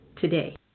today